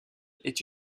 est